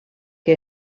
que